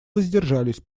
воздержались